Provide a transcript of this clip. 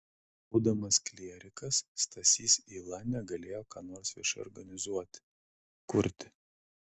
būdamas klierikas stasys yla negalėjo ką nors viešai organizuoti kurti